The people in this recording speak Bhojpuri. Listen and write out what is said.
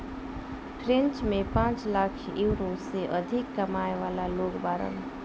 फ्रेंच में पांच लाख यूरो से अधिक कमाए वाला लोग बाड़न